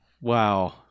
Wow